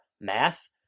math